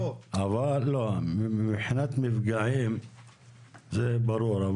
מבחינת מפגעים זה ברור,